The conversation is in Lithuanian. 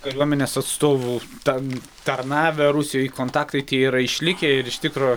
kariuomenės atstovų ten tarnavę rusijoj kontaktai tie yra išlikę ir iš tikro